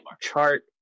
chart